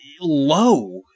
low